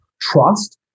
trust